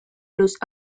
los